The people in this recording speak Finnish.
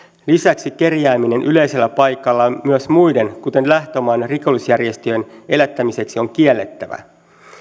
lisäksi kerjääminen yleisellä paikalla myös muiden kuten lähtömaan rikollisjärjestöjen elättämiseksi on kiellettävä